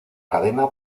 cadena